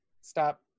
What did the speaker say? stop